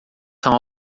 são